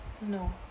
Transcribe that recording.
No